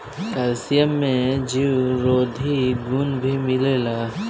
calcium में जीवरोधी गुण भी मिलेला